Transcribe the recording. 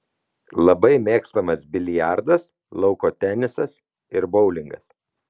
labai mėgstamas biliardas lauko tenisas ir boulingas